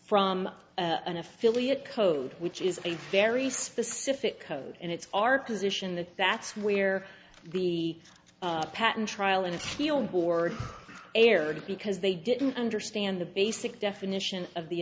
from an affiliate code which is a very specific code and it's our position that that's where the patent trial and he'll board erred because they didn't understand the basic definition of the